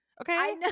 Okay